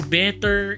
better